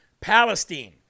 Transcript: Palestine